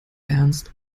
ernst